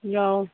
ꯌꯥꯎꯏ